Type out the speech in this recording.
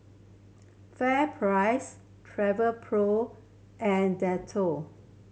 FairPrice Travelpro and Dettol